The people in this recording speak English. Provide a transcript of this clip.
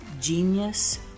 Genius